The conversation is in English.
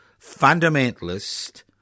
fundamentalist